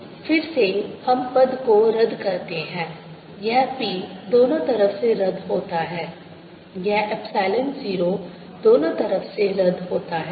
E P30x VrP30x फिर से हम पद को रद्द करते हैं यह P दोनों तरफ से रद्द होता है यह Epsilon 0 दोनों तरफ से रद्द होता है